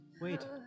Wait